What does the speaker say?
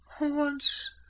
Once